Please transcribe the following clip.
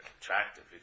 attractive